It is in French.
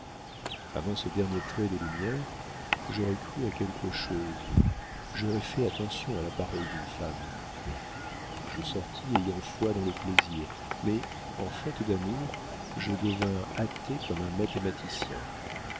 avant ce dernier trait de lumière j'aurais cru à quelque chose j'aurais fait attention à la parole d'une femme je sortis ayant foi dans le plaisir mais en fait d'amour je devins athée comme un mathématicien